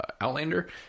Outlander